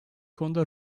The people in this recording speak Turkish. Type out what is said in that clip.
konuda